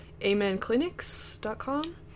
amenclinics.com